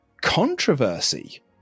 controversy